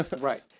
Right